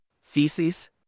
Feces